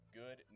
good